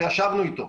וישבנו איתו,